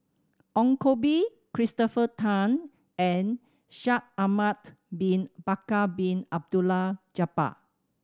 Ong Koh Bee Christopher Tan and Shaikh Ahmad Bin Bakar Bin Abdullah Jabbar